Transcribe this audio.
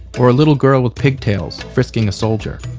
or a little girl with pigtails frisking a soldier.